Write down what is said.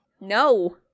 No